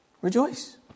Rejoice